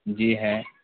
جی ہے